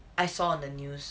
I saw on the news